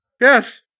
Yes